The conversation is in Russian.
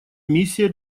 миссия